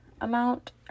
amount